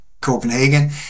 Copenhagen